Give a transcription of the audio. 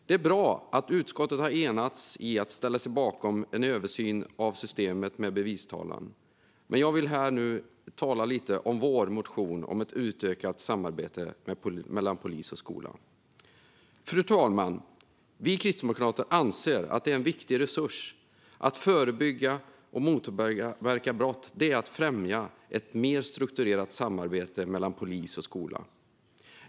Det är bra att utskottet har enats om att ställa sig bakom en översyn av systemet med bevistalan, men jag vill nu tala lite om vår motion om ett utökat samarbete mellan polis och skola. Fru talman! Vi kristdemokrater anser att en viktig resurs för att förebygga och motverka brott är att främja ett mer strukturerat samarbete mellan polis och skola.